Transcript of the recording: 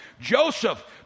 Joseph